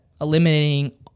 eliminating